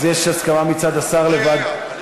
אז יש הסכמה מצד השר לוועדת,